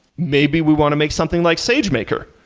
maybe we want to make something like sagemaker.